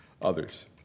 Others